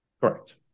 correct